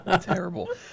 Terrible